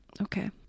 okay